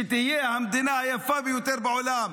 שתהיה המדינה היפה ביותר בעולם.